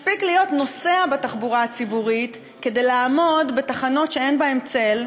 מספיק להיות נוסע בתחבורה הציבורית כדי לעמוד בתחנות שאין בהן צל,